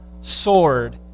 sword